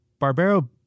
Barbero